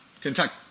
Kentucky –